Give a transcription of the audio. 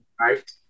right